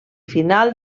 final